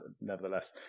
nevertheless